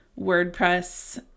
WordPress